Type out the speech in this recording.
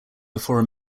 before